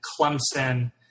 Clemson